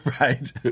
Right